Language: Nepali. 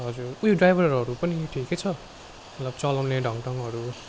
हजुर उयो ड्राइभरहरू पनि ठिकै छ मतलब चलाउने ढङढङहरू